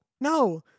No